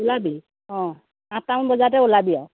ওলাবি আঠটামান বজাতে ওলাবি অ'